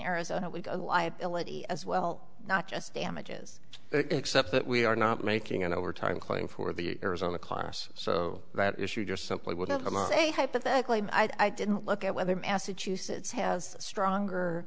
arizona we've got a liability as well not just damages except that we are not making an overtime claim for the arizona class so that issue just simply would not say hypothetically i didn't look at whether massachusetts has a stronger